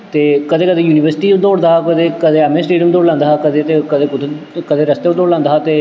ते कदें कदें यूनिवर्सिटी बी दौड़दा हा कुतै कदें ऐम्म ए स्टेडियम दौड़ लांदा हा ते कदें कुतै कदें रस्ते दौड़ लांदा हा ते